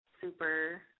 super